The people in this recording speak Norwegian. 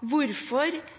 og